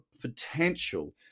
potential